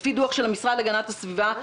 לפי דוח של המשרד להגנת הסביבה,